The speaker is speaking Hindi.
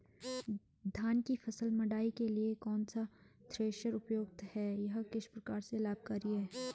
धान की फसल मड़ाई के लिए कौन सा थ्रेशर उपयुक्त है यह किस प्रकार से लाभकारी है?